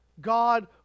God